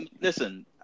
Listen